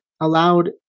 allowed